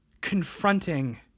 confronting